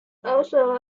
also